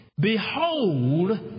Behold